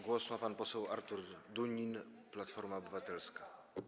Głos ma pan poseł Artur Dunin, Platforma Obywatelska.